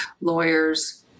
lawyers